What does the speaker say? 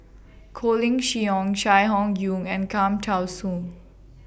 Colin Cheong Chai Hon Yoong and Cham Tao Soon